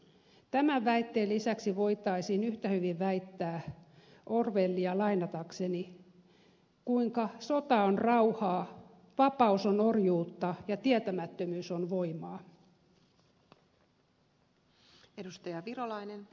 tämän väitteen lisäksi voitaisiin yhtä hyvin väittää orwellia lainatakseni kuinka sota on rauhaa vapaus on orjuutta tietämättömyys on voimaa